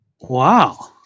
Wow